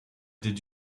did